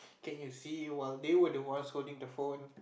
can you see while they were the ones holding the phone